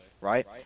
right